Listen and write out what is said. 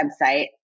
website